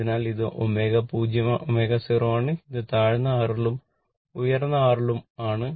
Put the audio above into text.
അതിനാൽ ഇത് ω0 ലാണ് ഇത് താഴ്ന്ന R ലും ഇത് ഉയർന്ന R ലും ആണ്